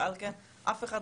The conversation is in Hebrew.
ועל כן אף אחד,